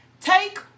Take